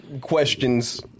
questions